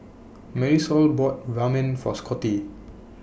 Marisol bought Ramen For Scottie